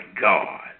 God